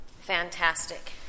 Fantastic